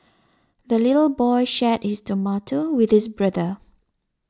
the little boy shared his tomato with his brother